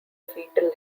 fetal